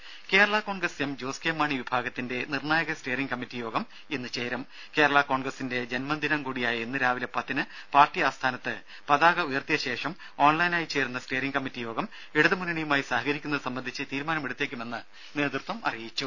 രമേ Kerala Congress M Jose K Mani വിഭാഗത്തിന്റെ നിർണായക സ്റ്റിയറിങ്ങ് കമ്മിറ്റി യോഗം ഇന്ന് ചേരും കേരളാ കോൺഗ്രസിന്റെ ജന്മദിനം കൂടിയായ ഇന്ന് രാവിലെ പത്തിന് പാർട്ടി ആസ്ഥാനത്ത് പതാക ഉയർത്തിയ ശേഷം ഓൺലൈനായി ചേരുന്ന സ്റ്റിയറിങ്ങ് കമ്മിറ്റി യോഗം ഇടതുമുന്നണിയുമായി സഹകരിക്കുന്നത് സംബന്ധിച്ച് തീരുമാനമെടുത്തേക്കുമെന്ന് നേത്വത്വം അറിയിച്ചു